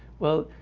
well,